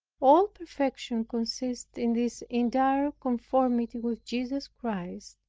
all perfection consists in this entire conformity with jesus christ,